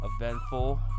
eventful